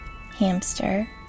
hamster